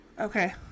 Okay